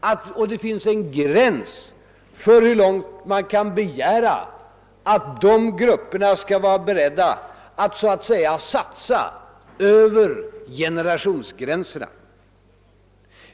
Det finns emellertid en gräns för hur långt man kan begära att de grupperna skall vara beredda att så att säga satsa över generationsgränserna.